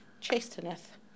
chasteneth